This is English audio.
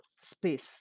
space